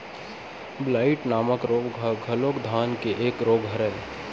blight नामक रोग ह घलोक धान के एक रोग हरय